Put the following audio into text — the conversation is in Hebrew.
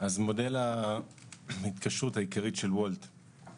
מודל ההתקשרות העיקרי של וולט הוא